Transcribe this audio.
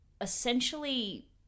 essentially